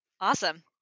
Awesome